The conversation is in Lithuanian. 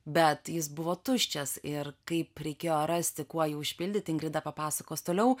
bet jis buvo tuščias ir kaip reikėjo rasti kuo jį užpildyti ingrida papasakos toliau